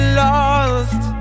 lost